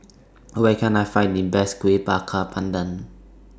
Where Can I Find The Best Kuih Bakar Pandan